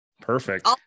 Perfect